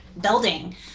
building